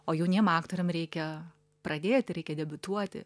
o jauniem aktoriam reikia pradėti reikia debiutuoti